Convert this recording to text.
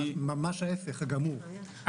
ממש ההפך הגמור.